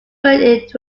but